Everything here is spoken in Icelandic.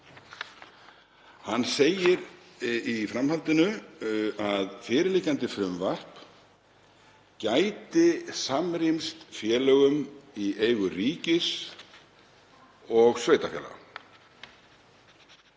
Hann segir í framhaldinu að fyrirliggjandi frumvarp gæti samrýmst félögum í eigu ríkis og sveitarfélaga.